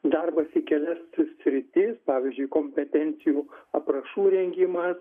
darbas į kelias sritį pavyzdžiui kompetencijų aprašų rengimas